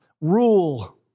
rule